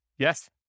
Yes